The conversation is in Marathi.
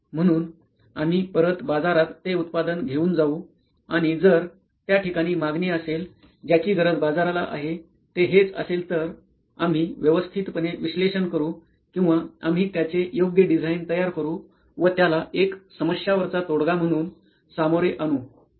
म्हणून आम्ही परत बाजारात ते उत्पादन घेऊन जाऊ आणि जर त्या ठिकाणी मागणी असेल ज्याची गरज बाजाराला आहे ते हेच असेल तर आम्ही त्याचे व्यवस्थितपणे विश्लेषण करू किंवा आम्ही त्याचे योग्य डिझाईन तयार करू व त्याला एक समस्यांवरचा तोडगा म्हणून सामोरे अनु